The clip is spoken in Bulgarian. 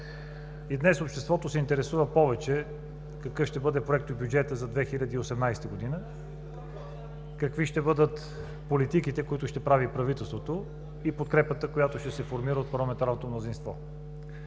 И днес обществото се интересува повече какъв ще бъде проектобюджетът за 2018 г., какви ще бъдат политиките, които ще прави правителството, и подкрепата, която ще се формира от парламентарното мнозинство.